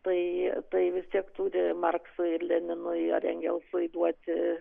tai tai vis tiek turi marksui ir lenino ar engelsui duoti